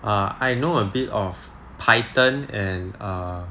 err I know a bit of python and err